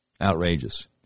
Outrageous